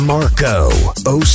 Marco